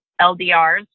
LDRs